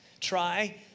try